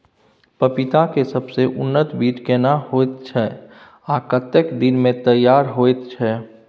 पपीता के सबसे उन्नत बीज केना होयत छै, आ कतेक दिन में तैयार होयत छै?